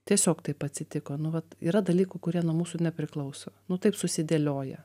tiesiog taip atsitiko nu vat yra dalykų kurie nuo mūsų nepriklauso nu taip susidėlioja